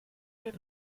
den